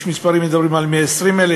יש מספרים שמדברים על 120,000,